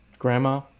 Grandma